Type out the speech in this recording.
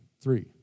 three